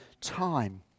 time